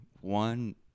One